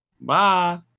Bye